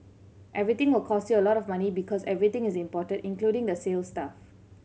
everything will cost you a lot of money because everything is imported including the sales staff